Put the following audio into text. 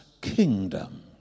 kingdom